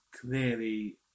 clearly